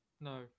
no